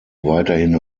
weiterhin